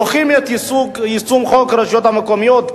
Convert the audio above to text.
דוחים את יישום חוק הרשויות המקומיות,